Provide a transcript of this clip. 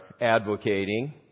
advocating